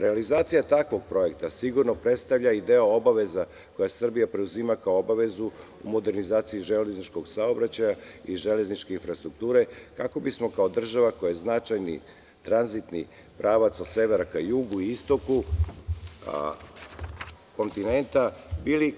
Realizacija takvog projekta sigurno predstavlja i deo obaveza koje Srbija preuzima kao obavezu u modernizaciji železničkog saobraćaja i železničke infrastrukture, kako bismo kao država koja je značajni tranzitni pravac od severa ka jugu i istoku kontinenta bili